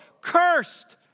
cursed